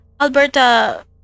alberta